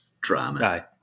drama